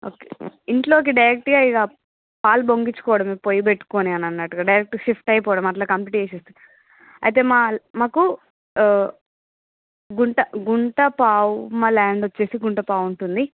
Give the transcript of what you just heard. okay ఇంట్లోకి డైరెక్ట్గా ఇగ పాలు పొంగించుకోవడమే పొయ్యి పెట్టుకుని అని అన్నట్టుగా డైరెక్ట్గా షిఫ్ట్ అయిపోవడం అట్లా కంప్లీట్ చేసి అయితే మా మాకు గుంట గుంట పావు మా ల్యాండ్ వచ్చేసి గుంట పావు ఉంటుంది